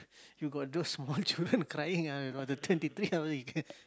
you got those small children crying ah you got to twenty three hour you can